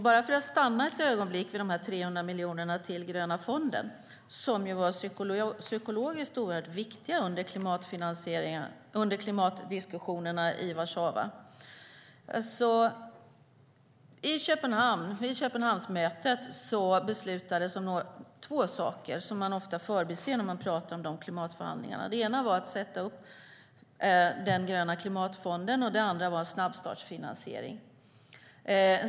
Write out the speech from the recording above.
Låt oss stanna ett ögonblick vid de 300 miljonerna till den gröna fonden, som var psykologiskt viktiga under klimatdiskussionerna i Warszawa. På Köpenhamnsmötet beslutades två saker, som vi ofta förbiser när vi talar om de klimatförhandlingarna. Den ena var att sätta upp den gröna klimatfonden, och det andra var snabbstartsfinansiering.